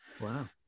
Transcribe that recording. Wow